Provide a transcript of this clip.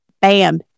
bam